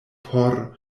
por